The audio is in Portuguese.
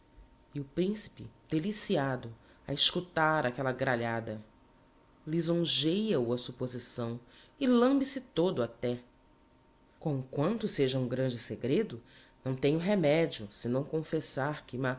e o principe deliciado a escutar aquella gralhada lisonjeia o a supposição e lambe se todo até comquanto seja um grande segredo não tenho remedio senão confessar que